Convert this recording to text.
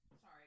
sorry